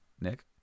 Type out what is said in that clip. Nick